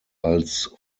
als